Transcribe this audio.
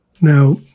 Now